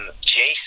Jason